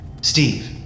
Steve